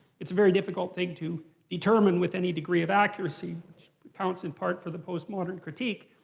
it's a very difficult thing to determine with any degree of accuracy, which accounts in part for the post-modern critique.